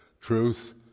truth